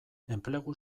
enplegu